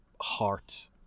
heart